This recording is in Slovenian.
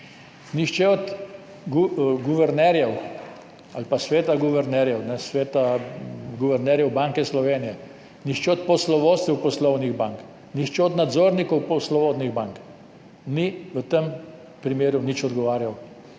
Nihče od guvernerjev ali pa sveta guvernerjev Banke Slovenije, nihče od poslovodstev poslovnih bank, nihče od nadzornikov poslovodnih bank ni v tem primeru nič odgovarjal.